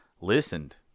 listened